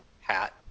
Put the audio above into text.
hat